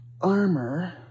armor